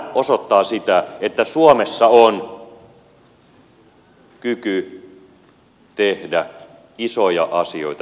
tämä osoittaa että suomessa on kyky tehdä isoja asioita yhdessä